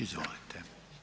Izvolite.